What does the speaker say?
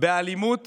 באלימות